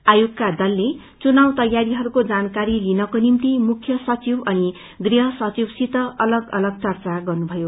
आयोगको दलले चुनाउ तैयारीहरूको जानकारी लिनको निम्ति मुख्य सचिव अनि गृहसचिवसित अलग अलग चर्चा गरे